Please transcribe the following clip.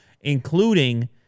including